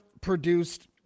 produced